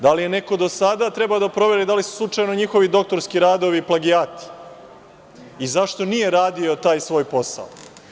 Da li je neko do sada treba da proveri da li su slučajno njihovi doktorski radovi plagijati i zašto nije radio taj svoj posao?